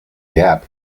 gap